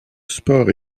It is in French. sport